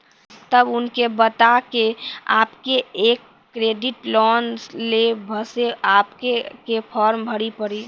तब उनके बता के आपके के एक क्रेडिट लोन ले बसे आपके के फॉर्म भरी पड़ी?